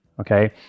Okay